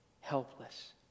helpless